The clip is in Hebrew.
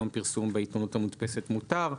היום פרסום בעיתונות המודפסת מותר,